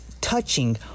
touching